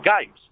games